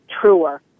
truer